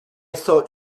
thought